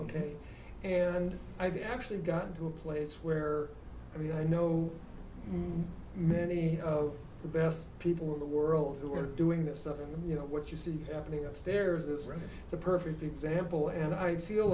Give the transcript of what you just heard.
ok and i've actually gotten to a place where i mean i know many of the best people in the world who are doing this stuff and you know what you see happening upstairs this is a perfect example and i feel